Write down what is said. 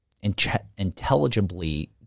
intelligibly